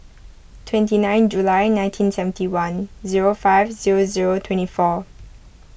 twenty nine July nineteen seventy one zero five zero zero twenty four